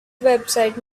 website